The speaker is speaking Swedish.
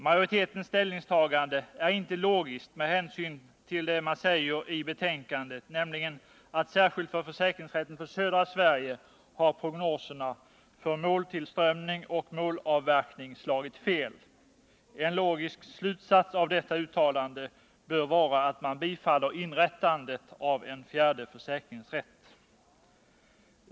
Majoritetens ställningstagande är inte logiskt med hänsyn till det man säger i betänkandet: ”Särskilt för försäkringsrätten för Södra Sverige har prognoserna för måltillströmning och målavverkning slagit fel.” En logisk slutsats av detta uttalande bör vara att man bifaller förslaget om inrättande av en fjärde försäkringsrätt.